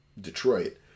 Detroit